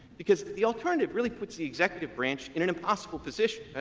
because the alternative really puts the executive branch in an impossible position.